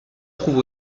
trouve